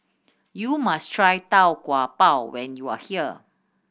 you must try Tau Kwa Pau when you are here